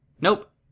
Nope